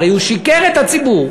הרי הוא שיקר לציבור.